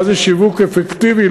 מה זה שיווק אפקטיבי?